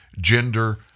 gender